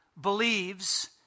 believes